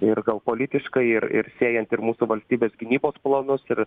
ir gal politiškai ir ir siejant ir mūsų valstybės gynybos planus ir